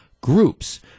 groups